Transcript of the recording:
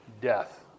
death